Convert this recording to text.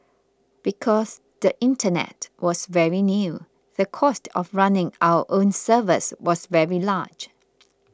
because the internet was very new the cost of running our own servers was very large